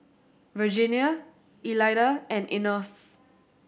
Virginia Elida and Enos